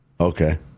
Okay